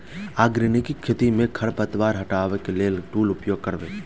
Organic खेती मे खरपतवार हटाबै लेल केँ टूल उपयोग करबै?